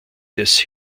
des